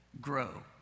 grow